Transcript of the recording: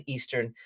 Eastern